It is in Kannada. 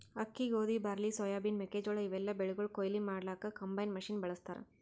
ಅಕ್ಕಿ ಗೋಧಿ ಬಾರ್ಲಿ ಸೋಯಾಬಿನ್ ಮೆಕ್ಕೆಜೋಳಾ ಇವೆಲ್ಲಾ ಬೆಳಿಗೊಳ್ ಕೊಯ್ಲಿ ಮಾಡಕ್ಕ್ ಕಂಬೈನ್ ಮಷಿನ್ ಬಳಸ್ತಾರ್